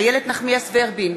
נגד איילת נחמיאס ורבין,